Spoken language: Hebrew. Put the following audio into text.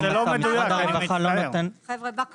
משרד הרווחה לא נותן --- בקורונה